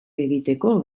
egiteko